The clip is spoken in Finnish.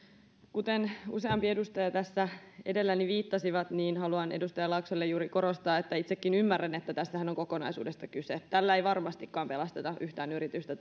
kuten useampi edustaja tässä edelläni viittasi niin haluan edustaja laaksolle juuri korostaa että itsekin ymmärrän että tässähän on kokonaisuudesta kyse tällä yksittäisellä keinolla ei varmastikaan pelasteta yhtään yritystä